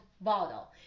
bottle